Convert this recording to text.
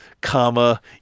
comma